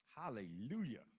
Hallelujah